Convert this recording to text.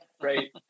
right